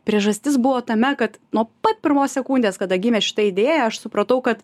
priežastis buvo tame kad nuo pat pirmos sekundės kada gimė šita idėja aš supratau kad